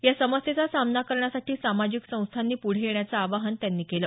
या समस्येचा सामना करण्यासाठी सामाजिक संस्थांनी पुढे येण्याचं आवाहन त्यांनी केलं